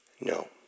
No